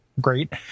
great